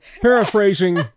paraphrasing